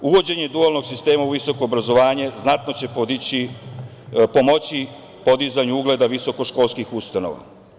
Uvođenje dualnog sistema u visoko obrazovanje znatno će pomoći podizanju ugleda visoko školskih ustanova.